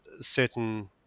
certain